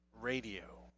radio